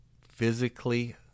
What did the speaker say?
physically